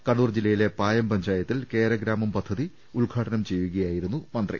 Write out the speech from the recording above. കണ്ണൂർ ജില്ലയിലെ പായം പഞ്ചായത്തിൽ കേര ഗ്രാമം പദ്ധതി ഉദ്ഘാടനം ചെയ്യുകയായിരുന്നു മന്ത്രി